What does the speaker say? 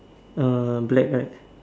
uh black right